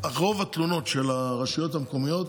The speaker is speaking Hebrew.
רוב התלונות של הרשויות המקומיות